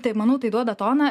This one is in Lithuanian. taip manau tai duoda toną